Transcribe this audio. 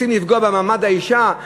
רוצים לפגוע במעמד האישה,